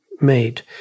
made